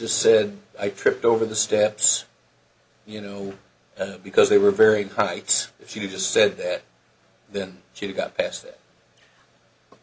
to said i tripped over the steps you know because they were very tight she just said that then she got past that